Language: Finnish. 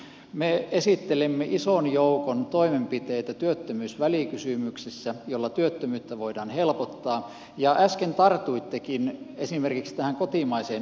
me esittelimme työttömyysvälikysymyksessä ison joukon toimenpiteitä joilla työttömyyttä voidaan helpottaa ja äsken tartuittekin esimerkiksi tähän kotimaiseen energiaan